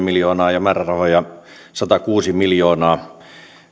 miljoonaa ja lisätään määrärahoja satakuusi miljoonaa